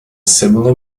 similar